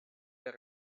del